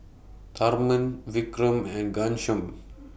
Tharman Vikram and Ghanshyam